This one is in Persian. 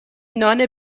نان